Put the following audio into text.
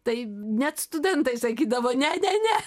tai net studentai sakydavo ne ne ne